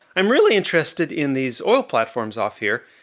i'm really interested in these oil platforms off here.